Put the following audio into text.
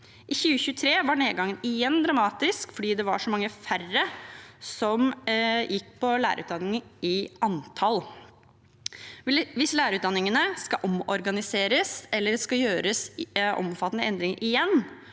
I 2023 var nedgangen igjen dramatisk fordi det i antall var så mange færre som gikk på lærerutdanninger. Hvis lærerutdanningene skal omorganiseres, eller det skal gjøres omfattende endringer igjen,